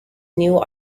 new